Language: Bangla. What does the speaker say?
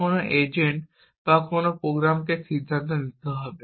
বা কোনও এজেন্ট বা কোনও প্রোগ্রামকে সিদ্ধান্ত নিতে হবে